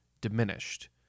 diminished